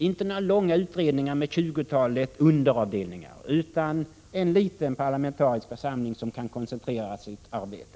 Inte några långa utredningar med tjugotalet underavdelningar, utan en liten parlamentarisk församling, som kan koncentrera sitt arbete.